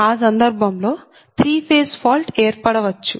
ఆ సందర్భంలో three phase fault ఏర్పడవచ్చు